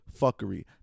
fuckery